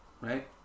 right